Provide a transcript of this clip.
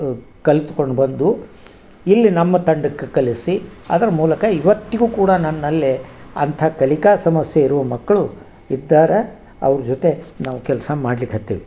ಕಲ್ತ್ಕೊಂಡು ಬಂದು ಇಲ್ಲಿ ನಮ್ಮ ತಂಡಕ್ಕೆ ಕಲಿಸಿ ಅದರ ಮೂಲಕ ಇವತ್ತಿಗೂ ಕೂಡ ನನ್ನಲ್ಲಿ ಅಂಥ ಕಲಿಕಾ ಸಮಸ್ಯೆ ಇರುವ ಮಕ್ಕಳು ಇದ್ದಾರೆ ಅವ್ರ ಜೊತೆ ನಾವು ಕೆಲಸ ಮಾಡಲಿಕ್ಹತ್ತೀವಿ